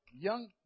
young